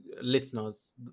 Listeners